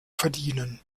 verdienen